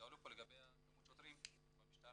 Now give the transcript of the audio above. שאלו כאן לגבי כמות השוטרים במשטרה,